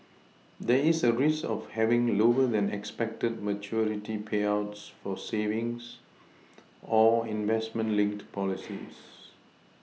there is a risk of having lower than expected maturity payouts for savings or investment linked policies